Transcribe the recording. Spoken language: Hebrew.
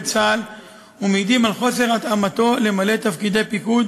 בצה"ל ומעידים על חוסר התאמתו למלא תפקידי פיקוד